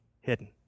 hidden